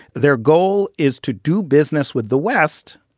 their goal is to do business with the west.